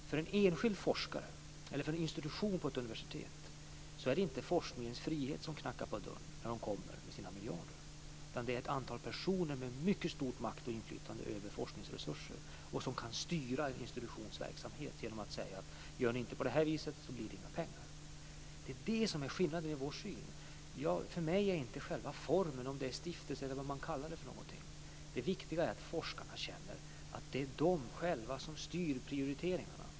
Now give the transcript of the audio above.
För en institution på ett universitet är det inte forskningens frihet som knackar på dörren när de kommer med sina miljarder, utan det är ett antal personer med stor makt och stort inflytande över forskningsresurser och som kan styra en institutions verksamhet genom att säga att "gör ni inte på det här viset blir det inga pengar". Det är det som är skillnaden i vår syn. För mig är inte själva formen det viktiga, om det är stiftelser eller vad man kallar det, utan det viktiga är att forskare känner att det är de själva som styr prioriteringarna.